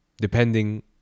depending